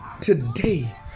today